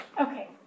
Okay